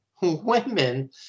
women